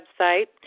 website